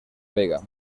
vega